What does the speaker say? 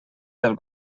del